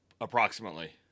approximately